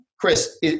Chris